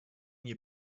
nie